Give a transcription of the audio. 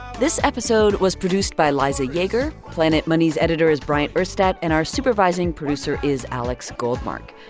this episode was produced by liza yeager. planet money's editor is bryant urstadt. and our supervising producer is alex goldmark.